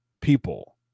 people